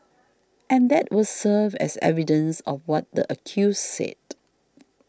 and that will serve as evidence of what the accused said